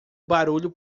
barulho